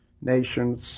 Nations